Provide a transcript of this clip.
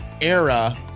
era